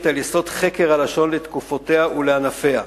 על יסוד חקר הלשון לתקופותיה ולענפיה.